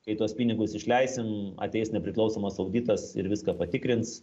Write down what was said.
kai tuos pinigus išleisim ateis nepriklausomas auditas ir viską patikrins